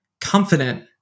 confident